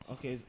Okay